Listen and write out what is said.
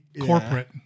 Corporate